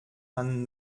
man